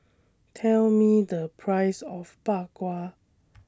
Tell Me The Price of Bak Kwa